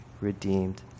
redeemed